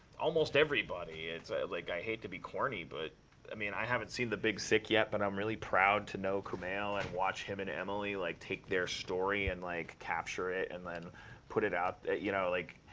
almost everybody. i like i hate to be corny, but i mean, i haven't seen the big sick yet. but i'm really proud to know kumail, and watch him and emily like take their story and like capture it, and then put it out. you know? like,